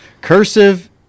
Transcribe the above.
Cursive